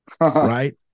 right